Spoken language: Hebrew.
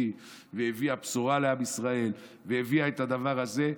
והביאה בשורה לעם ישראל והביאה את הדבר הזה,